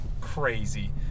crazy